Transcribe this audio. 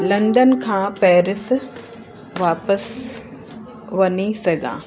London खां Paris वापसि वञी सघां